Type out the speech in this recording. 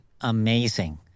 Amazing